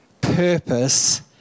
purpose